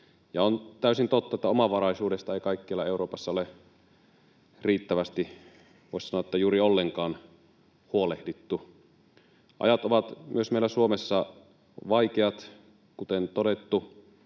on täysin totta, että omavaraisuudesta ei kaikkialla Euroopassa ole riittävästi tai, voisi sanoa, juuri ollenkaan huolehdittu. Ajat ovat myös meillä Suomessa vaikeat, kuten todettu.